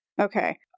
Okay